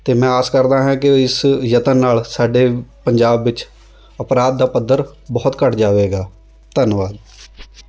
ਅਤੇ ਮੈਂ ਆਸ ਕਰਦਾ ਹਾਂ ਕਿ ਇਸ ਯਤਨ ਨਾਲ਼ ਸਾਡੇ ਪੰਜਾਬ ਵਿੱਚ ਅਪਰਾਧ ਦਾ ਪੱਧਰ ਬਹੁਤ ਘੱਟ ਜਾਵੇਗਾ ਧੰਨਵਾਦ